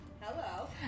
hello